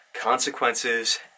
consequences